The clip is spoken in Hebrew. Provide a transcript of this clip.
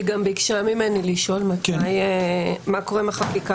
היא גם ביקשה ממני לשאול מה קורה עם החקיקה